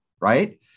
Right